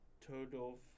total